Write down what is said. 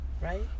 right